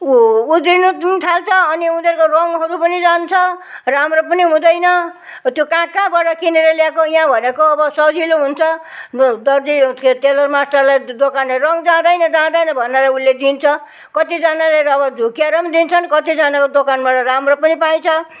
उ उध्रिनु पनि थाल्छ अनि उनीहरूको रङहरू पनि जान्छ राम्रो पनि हुँदैन त्यो कहाँ कहाँबाट किनेर ल्याएको यहाँ भनेको अब सजिलो हुन्छ दर्जी के अरे टेलर मास्टरलाई दोकाने रङ जाँदैन जाँदैन भनेर उसले दिन्छ कतिजनाले त अब झुक्याएर पनि दिन्छन् कत्तिजनाको दोकानबाट राम्रो पनि पाइन्छ